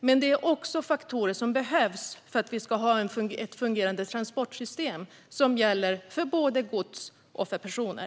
Detta är dock faktorer som också behövs för att vi ska ha ett fungerande transportsystem för både gods och personer.